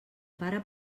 pare